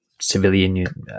civilian